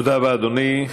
תודה רבה, אדוני.